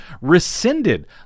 rescinded